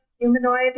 humanoid